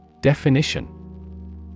Definition